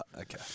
okay